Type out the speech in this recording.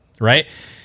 Right